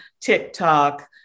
TikTok